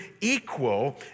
equal